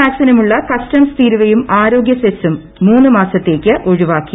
വാക്സിനുമുള്ള customs തീരുവയും ആരോഗ്യസെസും മൂന്ന് മാസത്തേയ്ക്ക് ഒഴിവാക്കി